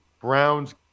Browns